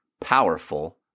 powerful